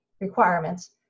requirements